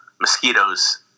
mosquitoes